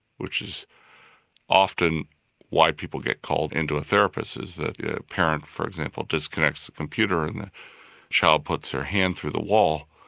which is often why people get called into a therapist is that a parent, for example, disconnects the computer and the child puts her hand through the wall.